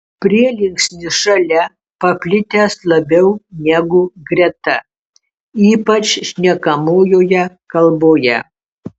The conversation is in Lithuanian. prielinksnis šalia paplitęs labiau negu greta ypač šnekamojoje kalboje